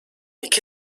iki